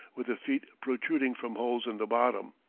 with the feet protruding from holes in the bottom.